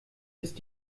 ist